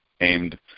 aimed